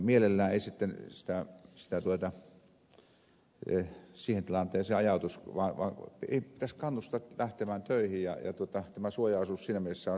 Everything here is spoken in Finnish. mielellään ei sitten siihen tilanteeseen ajautuisi vaan pitäisi kannustaa lähtemään töihin ja tämä suojaosuus siinä mielessä on hyvä